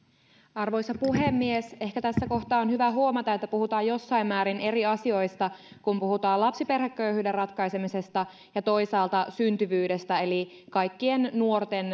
arvoisa puhemies ehkä tässä kohtaa on hyvä huomata että puhutaan jossain määrin eri asioista kun puhutaan lapsiperheköyhyyden ratkaisemisesta ja toisaalta syntyvyydestä eli ikään kuin kaikkien nuorten